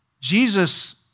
Jesus